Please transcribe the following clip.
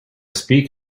speak